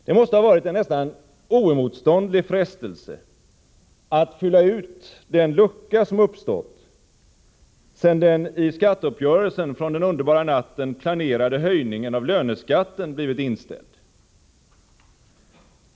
Det måste ha varit en nästan oemotståndlig frestelse att fylla ut den lucka som uppstått sedan den i skatteuppgörelsen från den underbara natten planerade höjningen av löneskatten blivit inställd.